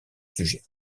sujet